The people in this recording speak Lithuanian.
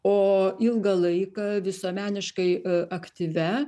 o ilgą laiką visuomeniškai aktyvia